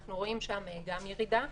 אנחנו רואים שם גם ירידה,